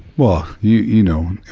well, you you know.